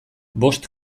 bost